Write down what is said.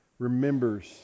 remembers